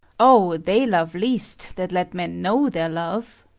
o, they love least that let men know their love.